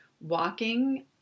walking